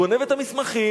גונבת את המסמכים,